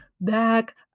back